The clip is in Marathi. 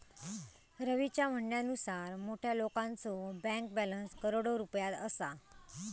रवीच्या म्हणण्यानुसार मोठ्या लोकांचो बँक बॅलन्स करोडो रुपयात असा